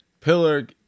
Pillar